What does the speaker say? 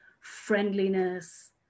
friendliness